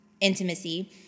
intimacy